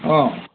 অ'